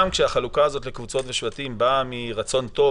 גם כשהחלוקה הזאת לקבוצות ושבטים באה מרצון טוב,